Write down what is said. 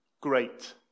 great